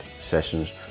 sessions